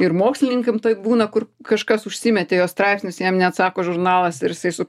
ir mokslininkam taip būna kur kažkas užsimetė jo straipsnius jam neatsako žurnalas ir jisai su